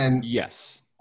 Yes